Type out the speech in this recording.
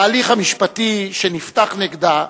ההליך המשפטי שנפתח נגדה,